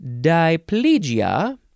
diplegia